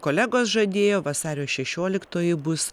kolegos žadėjo vasario šešioliktoji bus